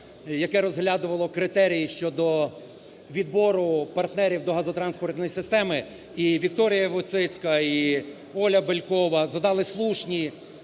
яке розглядувало критерії щодо відбору партнерів до газотранспортної системи, і Вікторія Войціцька, і Оля Бєлькова задали слушні